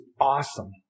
awesome